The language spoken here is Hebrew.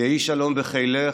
יהי שלום בחילך,